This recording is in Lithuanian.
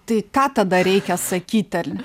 tai ką tada reikia sakyti